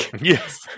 yes